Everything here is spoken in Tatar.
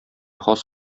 хас